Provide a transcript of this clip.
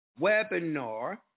webinar